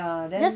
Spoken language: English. ya then